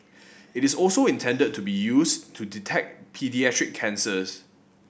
it is also intended to be used to detect paediatric cancers